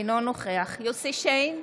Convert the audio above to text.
אינו נוכח יוסף שיין,